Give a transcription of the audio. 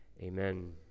amen